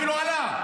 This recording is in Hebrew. אפילו עלה,